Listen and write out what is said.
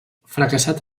fracassat